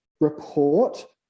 report